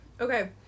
Okay